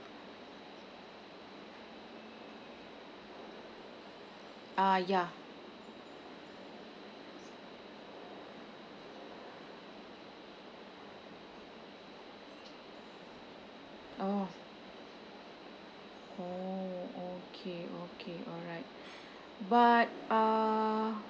ah ya oh oh okay okay alright but uh